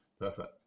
Perfect